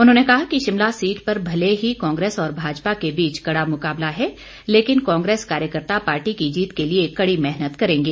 उन्होंने कहा कि शिमला सीट पर भले ही कांग्रेस और भाजपा के बीच कड़ा मुकाबला है लेकिन कांग्रेस कार्यकर्त्ता पार्टी की जीत के लिए कड़ी मेहनत करेंगे